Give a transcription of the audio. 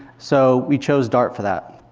so we chose dart for that.